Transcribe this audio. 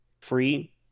free